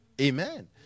Amen